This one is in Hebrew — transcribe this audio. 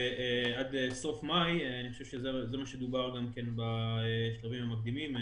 עד סוף מאי 2020. אני חושב שזה מה שדובר גם כן בשלבים המקדימים.